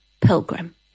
Pilgrim